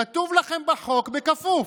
כתוב לכם בחוק: בכפוף.